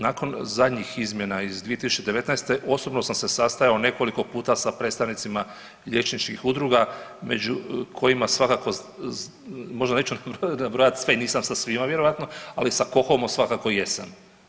Nakon zadnjih izmjena iz 2019., osobno sam se sastajao nekoliko puta sa predstavnicima liječničkih udruga među kojima svakako, možda neću nabrojati sve, nisam sa svima vjerojatno, ali sa KOHOM-om svakako jesam.